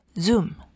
Zoom